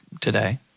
today